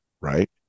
right